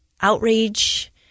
outrage